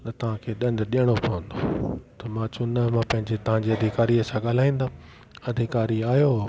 न तव्हांखे ॾंड ॾियणो पवंदो त मां चयो न मां पंहिंजे तव्हांजे अधिकारीअ सां ॻाल्हाईंदुमि अधिकारी आहियो